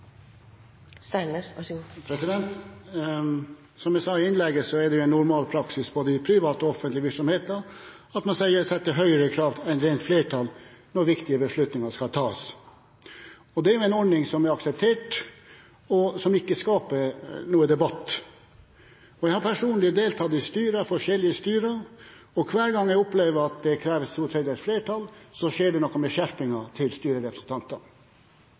det normal praksis både i private og offentlige virksomheter at man setter høyere krav enn rent flertall når viktige beslutninger skal tas. Det er en ordning som er akseptert, og som ikke skaper noe debatt. Jeg har personlig deltatt i forskjellige styrer, og hver gang jeg opplever at det kreves to tredjedels flertall, skjer det noe med skjerpingen til styrerepresentantene,